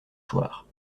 choir